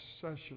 session